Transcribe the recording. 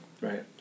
right